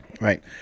Right